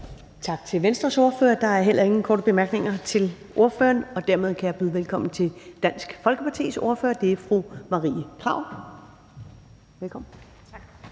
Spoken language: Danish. Tak til Venstres ordfører. Der er heller ingen korte bemærkninger til ordføreren. Dermed kan jeg byde velkommen til Dansk Folkepartis ordfører, og det er fru Marie Krarup. Velkommen. Kl.